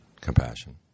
compassion